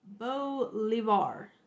Bolivar